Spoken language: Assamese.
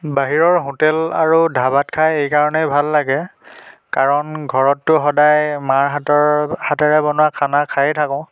বাহিৰৰ হোটেল আৰু ধাবাত খাই এইকাৰণেই ভাল লাগে কাৰণ ঘৰততো সদায় মাৰ হাতৰ হাতেৰে বনোৱা খানা খায়েই থাকোঁ